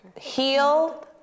heal